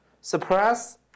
suppress